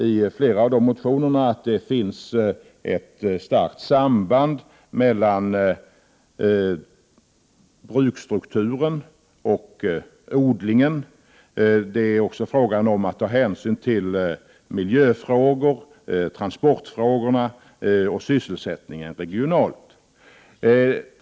I flera av de motionerna påpekar man att det finns ett starkt samband mellan bruksstrukturen och odlingen och att hänsyn bör tas till miljöfrågor, transportfrågor och den regionala sysselsättningen.